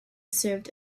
served